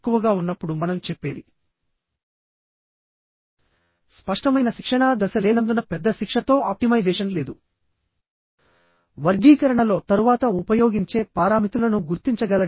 ఇంతకుముందు చెప్పిన విధంగా ఏ విధమైన క్రాస్ సెక్షన్ ని అయినా ఉపయోగించుకోవచ్చు